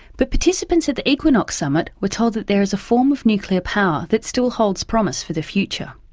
but participants at the equinox summit were told that there is a form of nuclear power that still holds promise for the future.